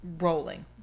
rolling